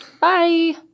Bye